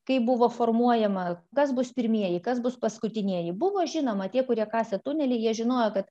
kaip buvo formuojama kas bus pirmieji kas bus paskutinieji buvo žinoma tie kurie kasė tunelį jie žinojo kad